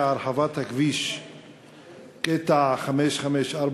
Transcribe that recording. הכביש בקטע 554,